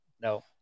No